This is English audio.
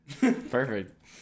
perfect